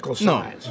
no